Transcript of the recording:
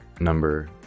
number